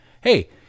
hey